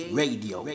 radio